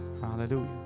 Hallelujah